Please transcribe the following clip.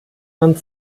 man